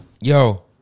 Yo